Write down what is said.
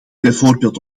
bijvoorbeeld